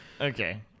Okay